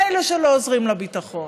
מילא שהם לא עוזרים לביטחון,